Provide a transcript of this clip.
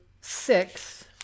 six